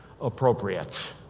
appropriate